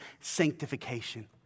sanctification